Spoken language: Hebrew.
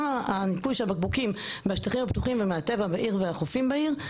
גם הניקוי של הבקבוקים מהשטחים הפתוחים ומהטבע והעיר והחופים בעיר,